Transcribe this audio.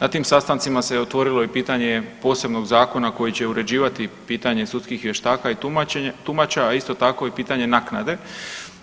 Na tim sastancima se otvorilo i pitanje posebnog zakona koji će uređivati pitanje sudskih vještaka i tumača, a isto tako i pitanje naknade